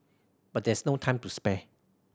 but there is no time to spare